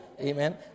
amen